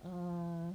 err